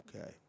Okay